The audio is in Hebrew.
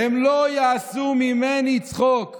הם לא יעשו ממני צחוק.